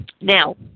Now